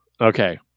Okay